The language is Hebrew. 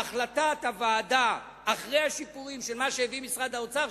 החלטת הוועדה אחרי השיפורים של מה שהביא משרד האוצר,